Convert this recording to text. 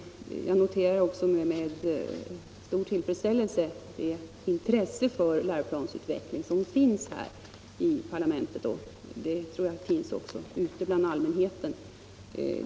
Jag noterar med stor tillfredsställelse det intresse för läroplansutvecklingen som finns här i riksdagen och, tror jag, även ute bland allmänheten.